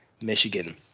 Michigan